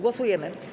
Głosujemy.